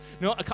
No